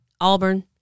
Auburn